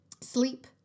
sleep